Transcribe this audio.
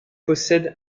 possède